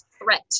threat